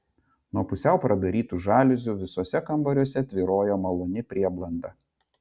nuo pusiau pradarytų žaliuzių visuose kambariuose tvyrojo maloni prieblanda